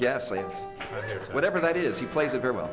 yes whatever that is he plays a very well